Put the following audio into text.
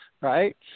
Right